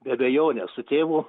be abejonės su tėvu